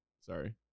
Sorry